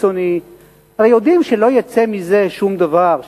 קיצוני כבר יודעים שלא יצא מזה שום דבר,